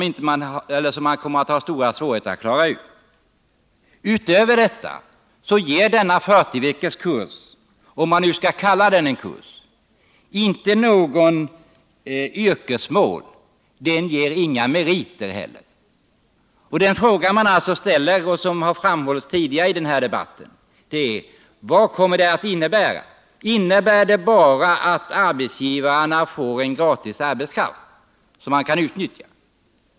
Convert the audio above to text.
Detta kommer man också att ha stora svårigheter att klara. Dessutom ger denna 40 veckors kurs — om man nu kan kalla den en kurs — inte något yrkesmål och inte heller några meriter. Den fråga som man ställer sig är därför: Vad kommer denna 40 veckors kurs att innebära? Innebär den bara att arbetsgivarna får gratis arbetskraft?